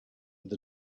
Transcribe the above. with